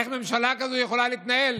איך ממשלה כזאת יכולה להתנהל